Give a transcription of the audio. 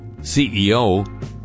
CEO